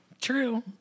true